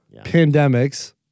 Pandemics